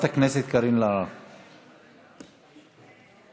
אלהרר, עד שלוש דקות.